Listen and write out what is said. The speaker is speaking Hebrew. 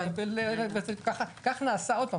שי?